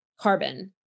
carbon